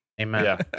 Amen